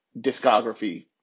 discography